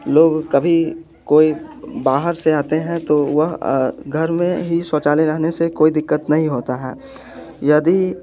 लोग कभी कोई बाहर से आते हैं तो वह घर में ही शौचालय रहने से कोई दिक्कत नहीं होता है यदि